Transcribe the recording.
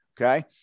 Okay